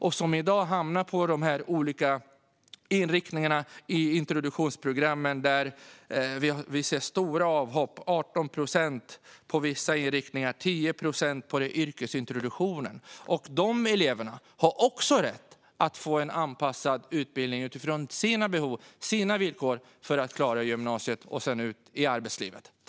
De hamnar i dag på de olika inriktningarna i introduktionsprogrammen. Där ser vi stora avhopp, 18 procent på vissa inriktningar och 10 procent på yrkesintroduktionen. De eleverna har också rätt att få en anpassad utbildning utifrån sina behov och sina villkor för att klara gymnasiet och sedan komma ut i arbetslivet.